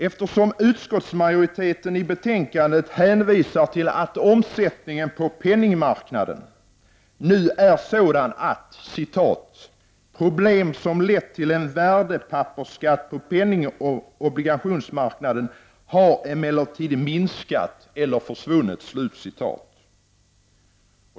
Eftersom utskottsmajoriteten i betänkandet hänvisar till att omsättningen på penningmarknaden nu är sådan att ”problem som lett till en värdepappersskatt på penningoch obligationsmarknaden har emellertid numera minskat eller försvunnit”.